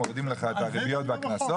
מורידים לך את הריביות והקנסות,